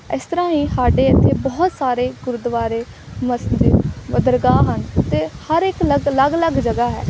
ਇਸ ਤਰ੍ਹਾਂ ਹੀ ਸਾਡੇ ਇੱਥੇ ਬਹੁਤ ਸਾਰੇ ਗੁਰਦੁਆਰੇ ਮਸਜਿਦ ਦਰਗਾਹ ਹਨ ਅਤੇ ਹਰ ਇੱਕ ਲੱਗ ਅਲੱਗ ਅਲੱਗ ਜਗ੍ਹਾ ਹੈ